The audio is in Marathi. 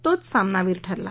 तोच सामनावीर ठरला